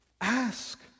Ask